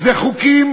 זה חוקים